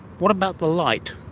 what about the light?